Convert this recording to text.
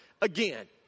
again